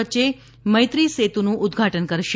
વચ્યે મૈત્રી સેતુનું ઉદઘાટન કરશે